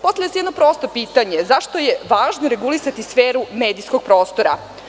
Postavlja se jedno prosto pitanje zašto je važno regulisati sferu medijskog prostora.